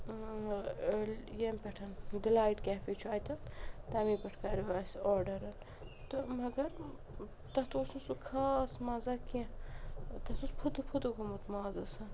ٲں ییٚمہِ پٮ۪ٹھ ڈِلایِٹ کیفے چھُ اَتیٚتھ تَمے پٮ۪ٹھ کَریٛو اسہِ آرڈر تہٕ مگر تَتھ اوس نہٕ سُہ خاص مَزا کیٚنٛہہ تَتھ اوس فُتہٕ فُتہِ گوٚمُت مازَس